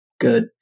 good